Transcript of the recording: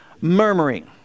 Murmuring